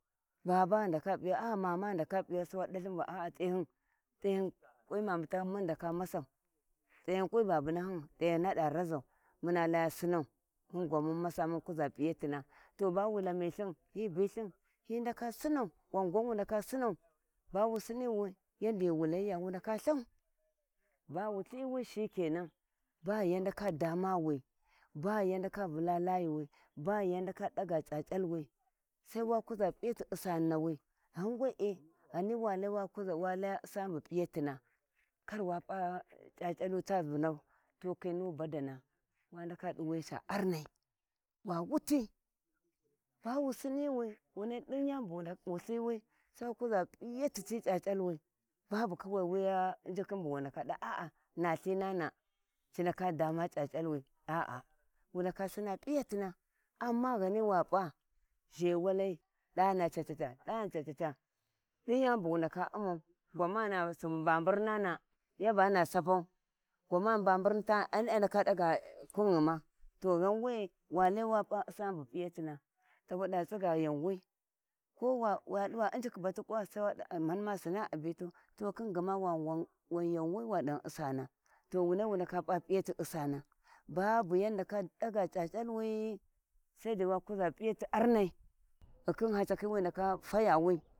Baba ghi ndaka p`iya aa mama ghi ndaka p`iyau sai wa dalhin va t`ehu t`ehu ƙuwic mamu tahin mun ghi nda masau tehau ƙuwi babunahin hina da nazau muna laya sinau mun gwan mun masau um um kuza p`iyatina, to bawu lawithin hi ndaka sinau bawu siniwi yaudi wu layiya wuna wana kasau bawu ithiwi shikenan, ba yan ndaka damawi ba yan ndaka vula layuwi ba yau ndaka daga ca'ca'alwi sai wa kuza p'iyati usani nawi ghan we'e wa lai wa usani bu p`iyatina kar wa p`a c`acialu ta vulau, to kiyi nu badau wo ndakdi wuya ca arnai wa wuti bawu siniwi wuna diu yanibu hesitation sai wa kuza p`itayin ti c`acalwi babu kawaiwuya higikhin kowa bu wu ndaka dawa nalhinana a ndaka dama c`ac`alwi aa, wu ndaka sinna p`iyatina amma ghini wa p`a zhewali da na caccaca dai yau bu wundaka umum gwamana mbambun nana`a, ya bana sapau gwamana mbambum ni tani ni a ndaka daga kunghun ma to ghan wee walai wa usani bu p`iyatina dawa da tsiga yanwi, ko wa diva injiki bitu kuwa sai dava mani masina ghi a bitu lthin wanwa yauwi wa dighan usana babu yau ndaka daga c`ac`alwi saidai wa kuza p`iyati arni khin lacakhin wi ndaka tayawi.